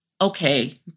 Okay